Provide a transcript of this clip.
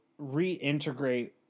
reintegrate